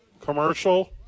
Commercial